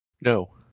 No